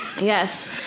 Yes